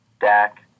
Dak